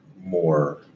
more